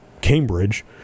Cambridge